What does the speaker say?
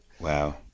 Wow